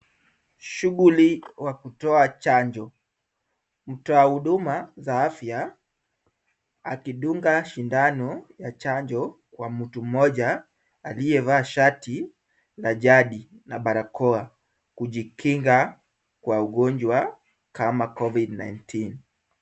Shughuli ya kutoa chanjo. Mtoa huduma za afya akidunga sindano ya chanjo wa mtu mmoja aliyevaa shati la jadi na barakoa, kujikinga kwa ugonjwa kama covid-19.